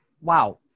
wow